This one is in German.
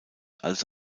als